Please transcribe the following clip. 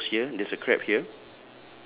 ya it shows here there's a crab here